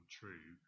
true